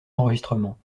enregistrements